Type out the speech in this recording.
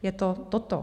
Je to toto.